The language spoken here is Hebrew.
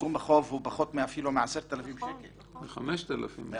סכום החוב הוא אפילו פחות מ-10,000 שקל; ככה שאנחנו